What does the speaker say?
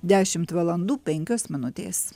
dešimt valandų penkios minutės